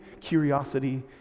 curiosity